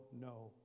no